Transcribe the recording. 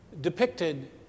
depicted